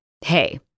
Hey